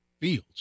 Fields